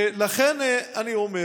לכן אני אומר